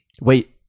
Wait